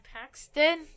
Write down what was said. Paxton